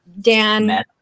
Dan